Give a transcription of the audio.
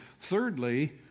Thirdly